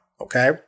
okay